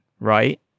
right